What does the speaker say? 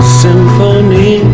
symphony